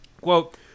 quote